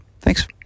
Thanks